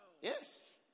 Yes